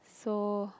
so